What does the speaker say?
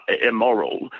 immoral